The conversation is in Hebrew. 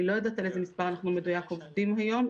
אני לא יודעת על איזה מספר מדויק אנחנו עומדים היום.